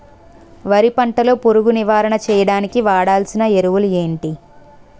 వరి పంట లో పురుగు నివారణ చేయడానికి వాడాల్సిన ఎరువులు ఏంటి?